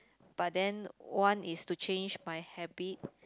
but then one is to change my habit